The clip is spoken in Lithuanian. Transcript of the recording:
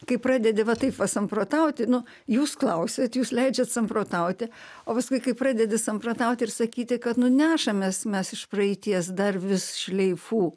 kai pradedi va taip va samprotauti nu jūs klausiat jūs leidžiat samprotauti o paskui kai pradedi samprotauti ir sakyti kad nu nešamės mes iš praeities dar vis šleifų